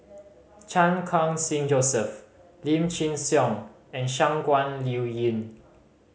Chan Khun Sing Joseph Lim Chin Siong and Shangguan Liuyun